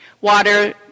Water